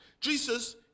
Jesus